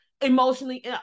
emotionally